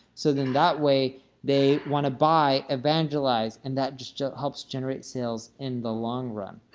so then that way they want to buy, evangelize, and that just just helps generate sales in the long run.